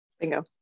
bingo